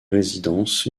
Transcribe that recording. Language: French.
résidences